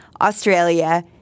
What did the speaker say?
Australia